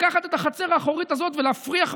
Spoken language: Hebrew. לקחת את הרשות האחורית הזאת ולהפריח,